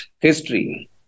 history